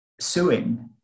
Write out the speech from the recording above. suing